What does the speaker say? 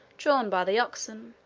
drawn by the oxen,